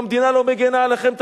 אם המדינה לא מגינה עליכם,